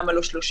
למה לא שלושה.